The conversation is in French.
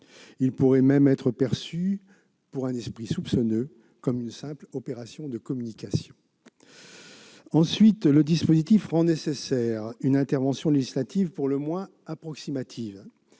Il pourrait même être perçu par un esprit soupçonneux comme une simple opération de communication. Ensuite, le dispositif rend nécessaire une intervention législative pour le moins approximative.